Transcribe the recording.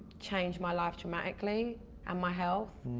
changed my life dramatically and my health.